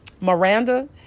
Miranda